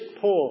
poor